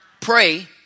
pray